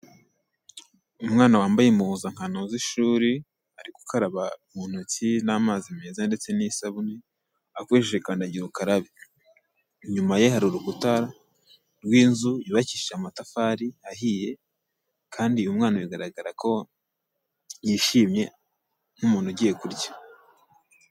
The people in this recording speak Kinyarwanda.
Umwana wambaye impuzankano z'ishuri, ari gukaraba mu ntoki n'amazi meza ndetse n'isabune, akoresheje kandagira ukarabe. Inyuma ye hari urukuta rw'inzu yubakishije amatafari ahiye kandi uyu mwana bigaragara ko yishimye nk'umuntu ugiye kurya.